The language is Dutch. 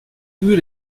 uur